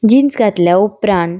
jeans घातल्या उपरांत